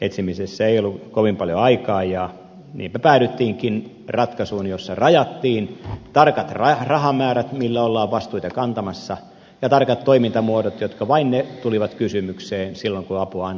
etsimisessä ei ollut kovin paljon aikaa ja niinpä päädyttiinkin ratkaisuun jossa rajattiin tarkat rahamäärät millä ollaan vastuita kantamassa ja tarkat toimintamuodot jotka ainoina tulivat kysymykseen silloin kun apua annetaan